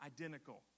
identical